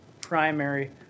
primary